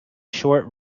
short